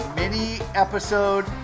mini-episode